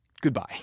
Goodbye